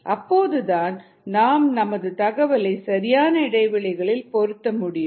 அப்போதுதான் நாம் நமது தகவலை சரியான இடைவெளிகளில் பொருத்த முடியும்